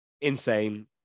insane